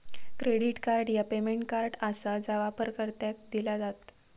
credit card ह्या payment card आसा जा वापरकर्त्यांका दिला जात